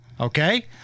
Okay